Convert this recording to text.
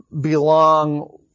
belong